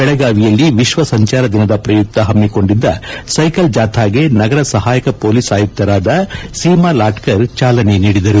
ಬೆಳಗಾವಿಯಲ್ಲಿ ವಿಶ್ವ ಸಂಚಾರ ದಿನದ ಪ್ರಯುಕ್ತ ಹಮ್ಮಿಕೊಂಡಿದ್ದ ಸೈಕಲ್ ಜಾಥಾಕ್ಕೆ ನಗರ ಸಹಾಯಕ ಪೊಲೀಸ್ ಆಯುಕ್ತರಾದ ಸೀಮಾ ಲಾಟ್ಕರ್ ಚಾಲನೆ ನೀಡಿದರು